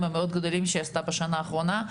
המאוד גדולים שהיא עשתה בשנה האחרונה,